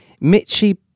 Mitchie